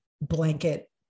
blanket